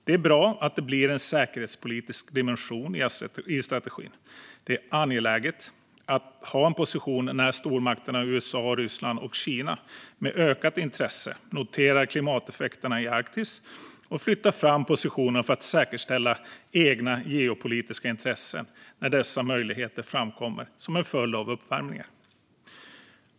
Det är bra att det blir en säkerhetspolitisk dimension i strategin. Det är angeläget att ha en position när stormakterna USA, Ryssland och Kina med ökat intresse noterar klimateffekterna i Arktis och flyttar fram positionerna för att säkerställa egna geopolitiska intressen när dessa möjligheter framkommer som en följd av uppvärmningen.